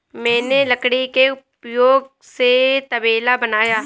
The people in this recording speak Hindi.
मैंने लकड़ी के उपयोग से तबेला बनाया